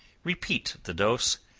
repeat the dose,